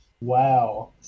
wow